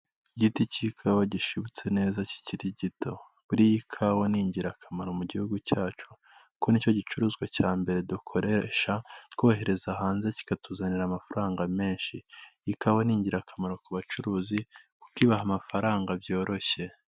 Igiti cy'ikawa gishibutse neza kikiri gito. Buriya ikawa ni ingirakamaro mu gihugu cyacu, kuko nicyo gicuruzwa cya mbere dukoresha, twohereza hanze kikatuzanira amafaranga menshi. Ikawa ni ingirakamaro ku bacuruzi, kuko ibaha amafaranga byoroshye.